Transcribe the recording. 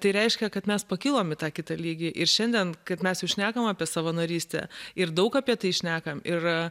tai reiškia kad mes pakilom į tą kitą lygį ir šiandien kaip mes ir šnekam apie savanorystę ir daug apie tai šnekam ir